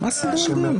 תודה.